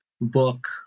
book